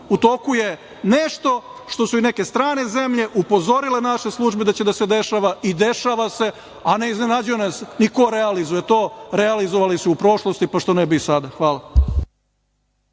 U toku je nešto što su i neke strane zemlje upozorile naše službe da će da se dešava, a ne iznenađuje nas ni to ko realizuje, realizovali su u prošlosti, što ne bi i sada. **Ana